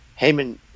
Heyman